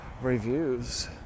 reviews